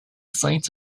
site